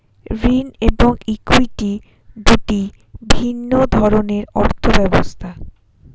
ঋণ এবং ইক্যুইটি দুটি ভিন্ন ধরনের অর্থ ব্যবস্থা